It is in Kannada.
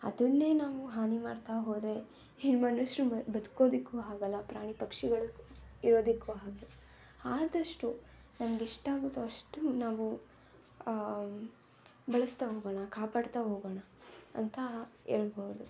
ಅದನ್ನೆ ನಾವು ಹಾನಿ ಮಾಡ್ತಾ ಹೋದರೆ ಈ ಮನುಷ್ಯರು ಮ ಬದ್ಕೋದಕ್ಕೂ ಆಗೋಲ್ಲ ಪ್ರಾಣಿ ಪಕ್ಷಿಗಳಿಗೂ ಇರೋದಕ್ಕೂ ಹಾಗೆ ಆದಷ್ಟು ನಮ್ಗೆ ಎಷ್ಟು ಆಗುತ್ತೊ ಅಷ್ಟು ನಾವು ಬಳಸ್ತಾ ಹೋಗೋಣ ಕಾಪಾಡ್ತಾ ಹೋಗೋಣ ಅಂತಾ ಹೇಳ್ಬೋದು